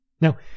Now